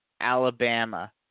Alabama